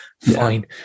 fine